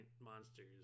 monsters